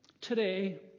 Today